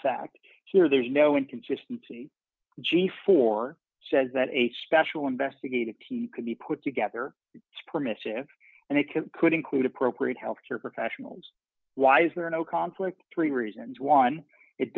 fact here there's no inconsistency g for says that a special investigative team could be put together permissive and it could could include appropriate health care professionals why is there no conflict three reasons one it